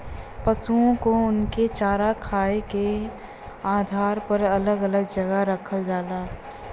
पसुओ को उनके चारा खाए के आधार पर अलग अलग जगह रखल जाला